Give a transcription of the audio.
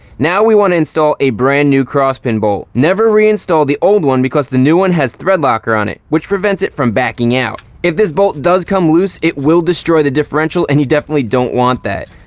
now, we want to install a brand new cross pin bolt. never reinstall the old one because the new one has thread locker on it, which prevents it from backing out. if this bolt does come loose, it will destroy the differential, and you definitely don't want that.